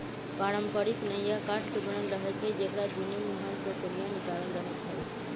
पारंपरिक नइया काठ के बनल रहै छइ जेकरा दुनो मूहान पर कोनिया निकालल रहैत हइ